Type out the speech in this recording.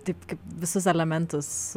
taip kaip visus elementus